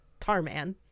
Tarman